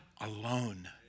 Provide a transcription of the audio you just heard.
alone